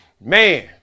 Man